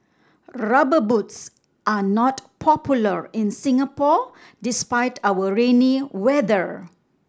Rubber Boots are not popular in Singapore despite our rainy weather